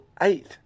eight